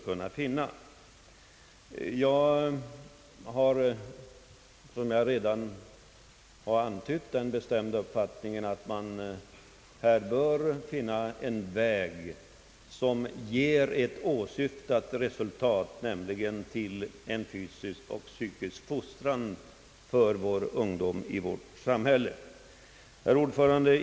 Min bestämda uppfattning är — det har jag redan antytt — att man bör finna en väg som ger önskat resultat och därmed främjar ungdomens fysiska och psykiska fostran i vårt samhälle. Herr talman!